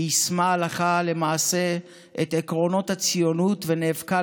שיישמה הלכה למעשה את עקרונות הציונות ונאבקה